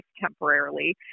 temporarily